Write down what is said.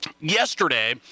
yesterday